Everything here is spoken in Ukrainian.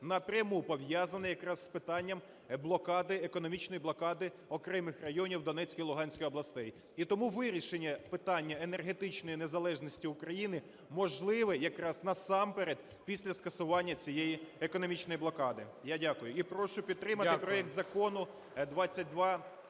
напряму пов'язане якраз з питанням блокади, економічної блокади окремих районів Донецької, Луганської областей. І тому вирішення питання енергетичної незалежності України можливе якраз насамперед після скасування цієї економічної блокади. Я дякую і прошу підтримати проект Закону 22…